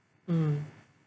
mm